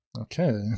Okay